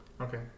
Okay